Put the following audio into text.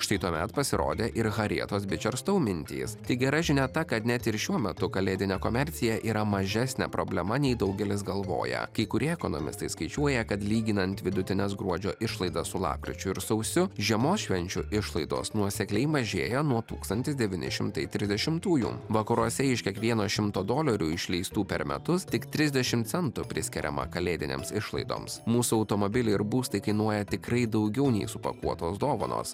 štai tuomet pasirodė ir harijetos bičerstou mintys tik gera žinia ta kad net ir šiuo metu kalėdinė komercija yra mažesnė problema nei daugelis galvoja kai kurie ekonomistai skaičiuoja kad lyginant vidutines gruodžio išlaidas su lapkričiu ir sausiu žiemos švenčių išlaidos nuosekliai mažėja nuo tūkstantis devyni šimtai tridešimtųjų vakaruose iš kiekvieno šimto dolerių išleistų per metus tik trisdešim centų priskiriama kalėdinėms išlaidoms mūsų automobiliai ir būstai kainuoja tikrai daugiau nei supakuotos dovanos